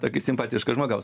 tokio simpatiško žmogaus